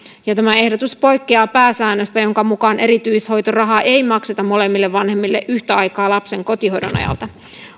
tämä ehdotus poikkeaa pääsäännöstä jonka mukaan erityishoitorahaa ei makseta molemmille vanhemmille yhtä aikaa lapsen kotihoidon ajalta